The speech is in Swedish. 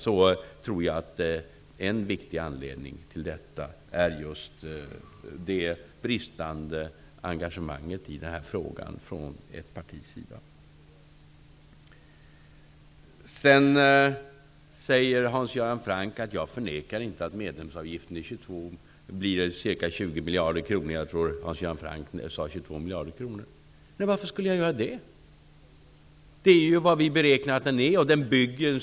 Jag tror att en viktig anledning till detta är just det bristande engagemanget i den frågan från ett partis sida. Sedan säger Hans Göran Franck att jag inte förnekar att medlemsavgiften blir ca 20 miljarder kronor, jag tror att Hans Göran Franck sade 22 miljarder kronor. Varför skulle jag göra det? Det är vad vi beräknar att den är.